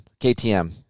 KTM